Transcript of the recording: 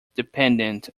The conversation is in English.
dependent